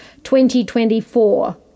2024